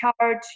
charge